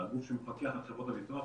הגוף שמפקח על חברות הביטוח.